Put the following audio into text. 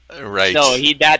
Right